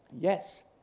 yes